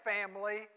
family